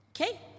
okay